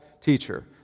teacher